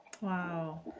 Wow